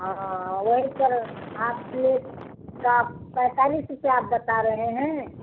हाँ हाँ वही पर हाफ प्लेट का पैंतालिस रुपया आप बता रहे हें